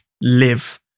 live